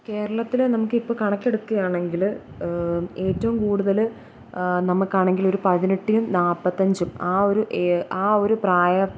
കേരളത്തിലെ നമുക്കിപ്പോൾ കണക്കെടുക്കുകയാണെങ്കിൽ ഏറ്റും കൂടുതൽ നമുക്കാണെങ്കിലൊരു പതിനെട്ടിനും നാൽപ്പത്തഞ്ചും ആ ഒരു ഒരു പ്രായ